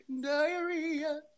diarrhea